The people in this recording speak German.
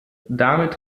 damit